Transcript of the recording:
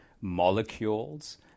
molecules